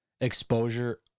exposure